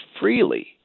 freely